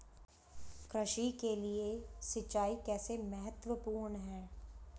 कृषि के लिए सिंचाई कैसे महत्वपूर्ण है?